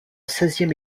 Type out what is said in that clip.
seizième